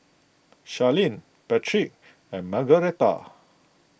Sharlene Patric and Margueritta